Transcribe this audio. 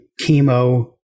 chemo